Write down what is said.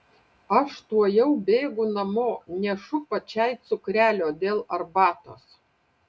aš tuojau bėgu namo nešu pačiai cukrelio dėl arbatos